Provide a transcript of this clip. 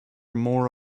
more